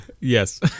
Yes